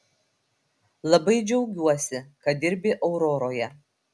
labai džiaugiuosi kad dirbi auroroje